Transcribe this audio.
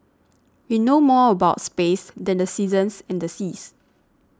we know more about space than the seasons and the seas